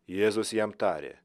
jėzus jam tarė